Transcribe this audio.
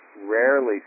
rarely